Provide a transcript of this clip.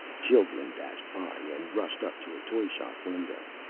children dashed by and rushed up to a toyshop window.